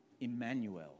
Emmanuel